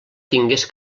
tingués